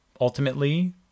Ultimately